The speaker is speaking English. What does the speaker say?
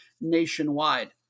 nationwide